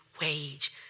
wage